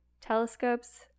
Telescopes